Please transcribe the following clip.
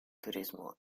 turismo